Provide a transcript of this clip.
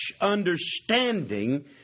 understanding